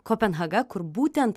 kopenhaga kur būtent